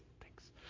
thanks